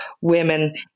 women